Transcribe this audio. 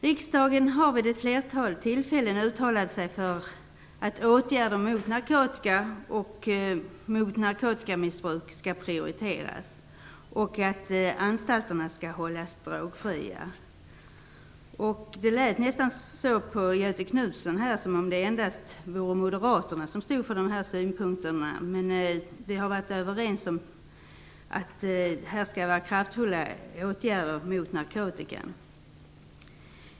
Riksdagen har vid ett flertal tillfällen uttalat sig för att åtgärder mot narkotika och narkotikamissbruk skall prioriteras och att anstalterna skall hållas drogfria. Det lät på Göthe Knutson som om det endast är Moderaterna som står för de här synpunkterna. Men vi har varit överens om att det skall vara kraftfulla åtgärder mot narkotikan.